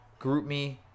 GroupMe